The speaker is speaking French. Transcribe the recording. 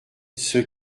ceux